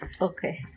Okay